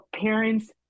parents